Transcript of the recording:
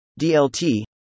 DLT